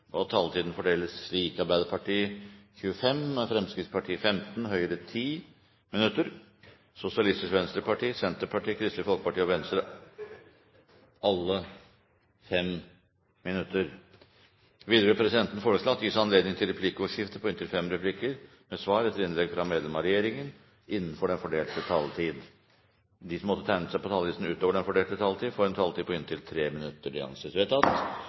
at taletiden fordeles slik: Arbeiderpartiet 25 minutter, Fremskrittspartiet 15 minutter, Høyre 10 minutter, Sosialistisk Venstreparti, Senterpartiet, Kristelig Folkeparti og Venstre 5 minutter hver. Videre vil presidenten foreslå at det gis anledning til replikkordskifte på inntil fem replikker med svar etter innlegg fra medlem av regjeringen innenfor den fordelte taletid. Videre blir det foreslått at de som måtte tegne seg på talerlisten utover den fordelte taletid, får en taletid på inntil 3 minutter. – Det anses vedtatt.